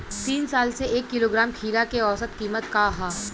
तीन साल से एक किलोग्राम खीरा के औसत किमत का ह?